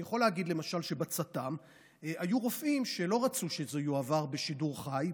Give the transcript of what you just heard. אני יכול להגיד למשל שבצט"ם היו רופאים שלא רצו שזה יועבר בשידור חי,